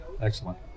Excellent